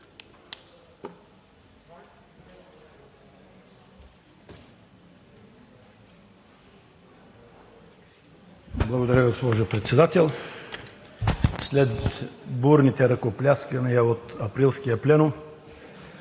Благодаря, госпожо Председател. След бурните ръкопляскания от Априлския пленум,